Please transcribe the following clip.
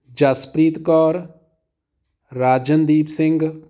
Jaspreet Kaur Rajandeep Singh